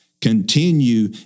Continue